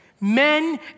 Men